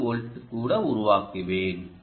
8 volt கூட உருவாக்குவேன்